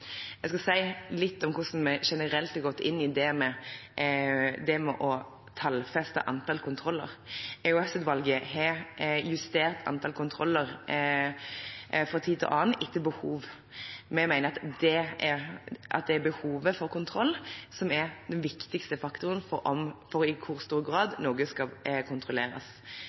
Jeg skal si litt om hvordan vi generelt har gått inn i det med å tallfeste antallet kontroller. EOS-utvalget har justert antallet kontroller fra tid til annen etter behov. Vi mener det er behovet for kontroll som er den viktigste faktoren for i hvor stor grad noe skal kontrolleres.